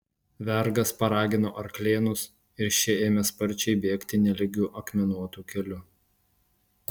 vergas paragino arklėnus ir šie ėmė sparčiai bėgti nelygiu akmenuotu keliu